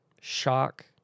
shock